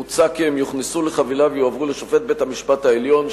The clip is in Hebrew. מוצע כי הם יוכנסו לחבילה ויועברו לשופט בית-המשפט העליון,